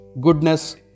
goodness